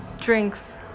drinks